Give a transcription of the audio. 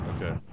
Okay